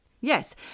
Yes